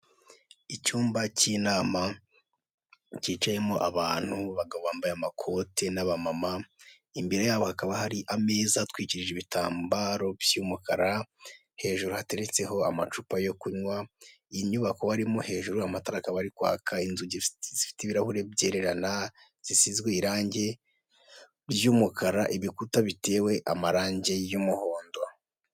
Icyumba cy'inama cyicayemo abantu bambaye amakoti n'abamama, imbere yabo hakaba hari ameza atwikije ibitambaro by'umukara, hejuru hateretseho amacupa yo kunywa, iyi nyubako harimo hejuru amatara akaba ari kwaka, inzu zifite ibirahure byererana zisizwe irangi ry'umukara, ibikuta bitewe amarangi y'umuhondo.